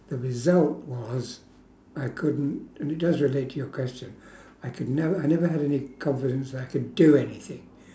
the result was I couldn't and it does relate to your question I could never I never had any confidence that I could do anything